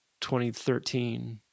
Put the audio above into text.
2013